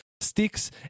sticks